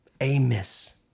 Amos